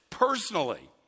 Personally